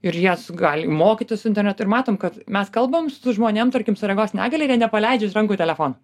ir jas gali mokytis internetu ir matom kad mes kalbam su žmonėm tarkim su regos negalia ir jie nepaleidžia iš rankų telefono